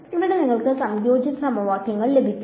ഇവിടെ നിങ്ങൾക്ക് സംയോജിത സമവാക്യങ്ങൾ ലഭിക്കും